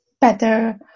better